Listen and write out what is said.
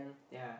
yeah